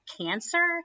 cancer